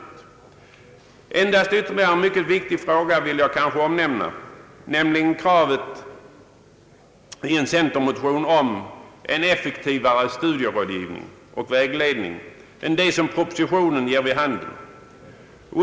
Jag vill emellertid beröra ytterligare en mycket viktig fråga, nämligen kravet i centermotionen om en effektivare studierådgivning och vägledning än vad propositionen ger vid handen.